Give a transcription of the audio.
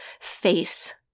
face